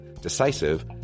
decisive